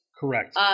Correct